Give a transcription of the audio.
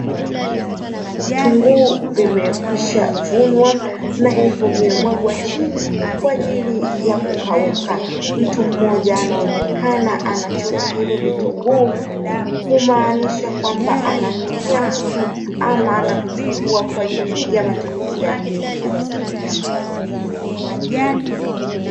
Vitunguu vimekwishavunwa na hivyo vimemwaga chini kwa ajili ya kukauka. Mtu mmoja anaonekana anachota hivyo vitunguu kumaanisha kwamba anamuuzia mtu ama anavichukua kwa ajili ya matumizi yake binafsi.